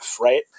right